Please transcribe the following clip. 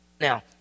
Now